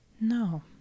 No